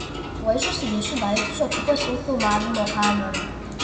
tuoj susidėsiu daiktus o tu pasiimk filmavimo kamerą